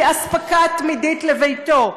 כאספקה תמידית לביתו,